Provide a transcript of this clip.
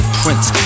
prince